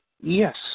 Yes